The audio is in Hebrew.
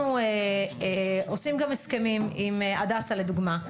אנחנו עושים גם הסכמים עם הדסה לדוגמה,